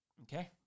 Okay